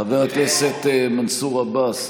חבר הכנסת מנסור עבאס,